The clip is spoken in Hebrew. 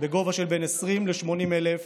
בגובה של בין 20,000 ש"ח ל-80,000 ש"ח,